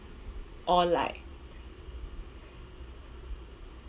or like